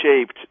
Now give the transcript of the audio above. shaped